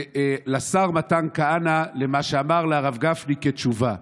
לשר מתן כהנא, למה שהוא אמר לרב גפני כתשובה.